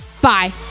Bye